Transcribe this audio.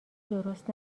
درست